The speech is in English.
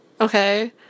Okay